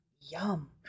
Yum